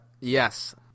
yes